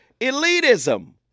elitism